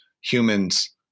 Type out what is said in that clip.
humans